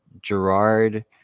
Gerard